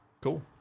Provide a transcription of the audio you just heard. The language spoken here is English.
Cool